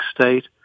state